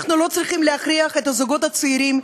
אנחנו לא צריכים להכריח את הזוגות הצעירים,